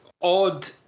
odd